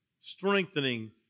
strengthening